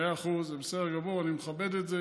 מאה אחוז, זה בסדר גמור, אני מכבד את זה.